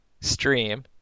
stream